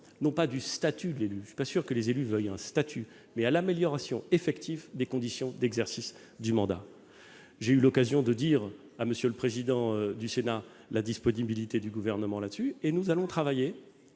non pas du statut de l'élu- je ne suis pas sûr que les élus veuillent un statut -, mais de l'amélioration effective des conditions d'exercice du mandat. J'ai eu l'occasion de dire à M. le président du Sénat la disponibilité du Gouvernement à cet égard. Nous allons travailler